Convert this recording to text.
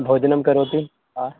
भोजनं करोति वा